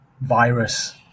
virus